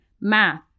math